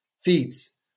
feats